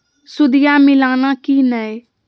सुदिया मिलाना की नय?